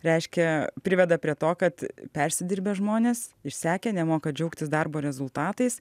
reiškia priveda prie to kad persidirbę žmonės išsekę nemoka džiaugtis darbo rezultatais